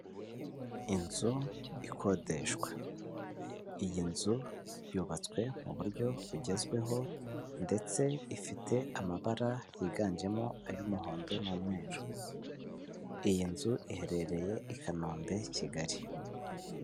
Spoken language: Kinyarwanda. Inzu ikodeshwa. Iyi nzu yubatswe mu buryo bugezweho, ndetse ifite amabara yiganjemo ay'umuhondo n'umweru, iyi nzu iherereye i Kanombe kigali.